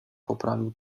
poprawił